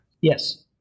Yes